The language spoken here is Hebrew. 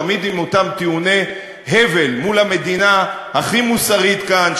תמיד עם אותם טיעוני הבל מול המדינה הכי מוסרית כאן,